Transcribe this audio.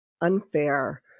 unfair